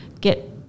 get